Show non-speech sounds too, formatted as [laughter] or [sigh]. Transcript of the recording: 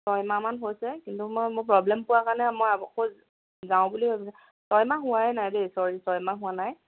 ছয়মাহ মান হৈছে কিন্তু মই মোৰ প্ৰব্লেম পোৱা কাৰণে মই আকৌ যাওঁ [unintelligible] ছয়মাহ হোৱাই নাই দেই ছ ছয়মাহ হোৱা নাই